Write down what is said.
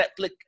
Netflix